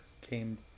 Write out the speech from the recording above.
came